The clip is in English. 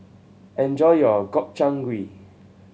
enjoy your Gobchang Gui